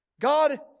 God